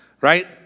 right